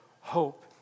hope